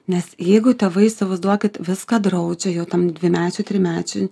nes jeigu tėvai įsivaizduokit viską draudžia jau tam dvimečiui trimečiui